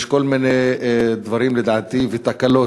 יש כל מיני דברים ותקלות,